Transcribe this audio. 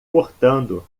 cortando